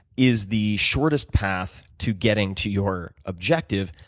is the shortest path to getting to your objective,